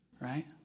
right